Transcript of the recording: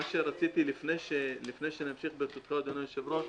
מה שרציתי לפני שנמשיך, אדוני היושב-ראש,